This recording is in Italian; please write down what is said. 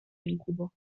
incubo